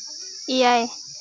ᱮᱭᱟᱭ